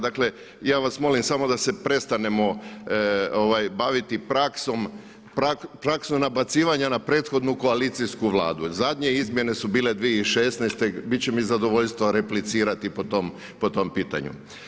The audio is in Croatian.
Dakle, ja vas molim samo da se prestanemo baviti praksom nabacivanja na prethodnu koalicijsku vladu jer zadnje izmjene su bile 2016., bit će mi zadovoljstvo replicirati po tom pitanju.